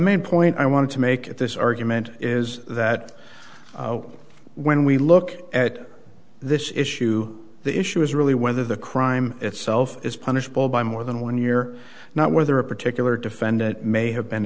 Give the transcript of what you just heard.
main point i wanted to make at this argument is that when we look at this issue the issue is really whether the crime itself is punishable by more than one year not whether a particular defendant may have been